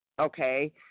Okay